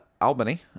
Albany